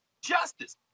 justice